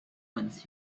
once